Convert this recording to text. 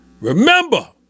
Remember